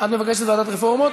ועדת רפורמות.